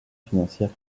financière